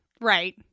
Right